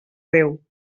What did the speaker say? déu